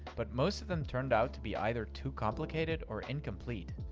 but most of them turned out to be either too complicated or incomplete.